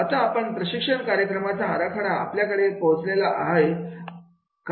आता आपण कार्यक्रमाच्या आराखडा आपल्याकडे पोहोचलो आहोत